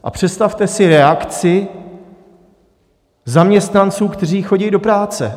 A představte si reakci zaměstnanců, kteří chodí do práce.